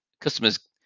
Customers